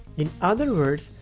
in other words,